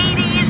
80s